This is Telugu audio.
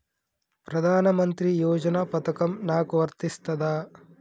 ప్రధానమంత్రి యోజన పథకం నాకు వర్తిస్తదా?